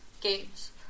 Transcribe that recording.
games